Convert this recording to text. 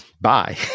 Bye